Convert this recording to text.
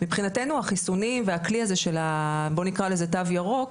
מבחינתנו החיסונים והכלי הזה של בוא נקרא לזה תו ירוק,